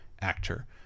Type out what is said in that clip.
actor